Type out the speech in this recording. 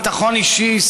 לביטחון אישי,